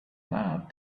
not